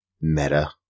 meta